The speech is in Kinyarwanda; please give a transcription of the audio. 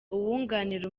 uwunganira